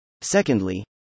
Secondly